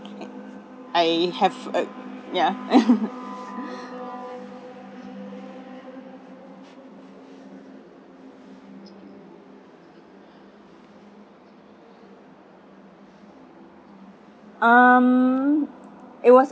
I have a ya um it was